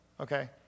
okay